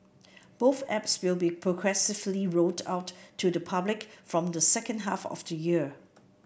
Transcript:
both apps will be progressively rolled out to the public from the second half of the year